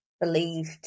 believed